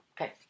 Okay